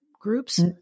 groups